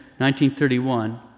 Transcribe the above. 1931